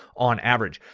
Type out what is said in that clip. on average,